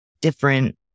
different